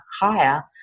higher